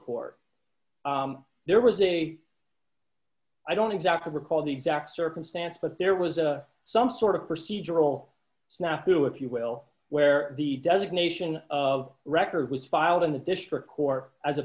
court there was a i don't exactly recall the exact circumstance but there was a some sort of procedural snafu if you will where the designation of record was filed in the district court as